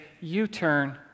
U-turn